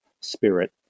spirit